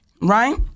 right